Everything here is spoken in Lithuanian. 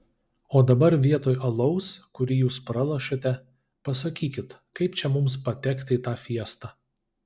o dabar vietoj alaus kurį jūs pralošėte pasakykit kaip čia mums patekti į tą fiestą